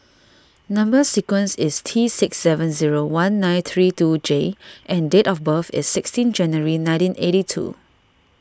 Number Sequence is T six seven zero one nine three two J and date of birth is sixteen January nineteen eighty two